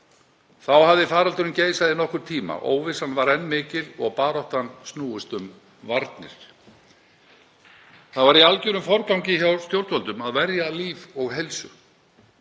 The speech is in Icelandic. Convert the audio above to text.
Þá hafði faraldurinn geisað í nokkurn tíma. Óvissan var enn mikil og baráttan hafði snúist um varnir. Það var í algerum forgangi hjá stjórnvöldum að verja líf og heilsu.